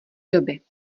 doby